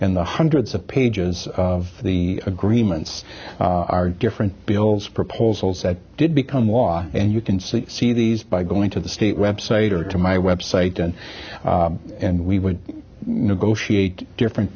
in the hundreds of pages of the agreements are different bills proposals that did become law and you can see see these by going to the state web site or to my web site and and we would negotiate different